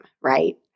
Right